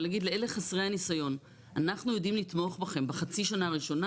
ולהגיד לאלה חסרי הניסיון 'אנחנו יודעים לתמוך בכם בחצי השנה הראשונה',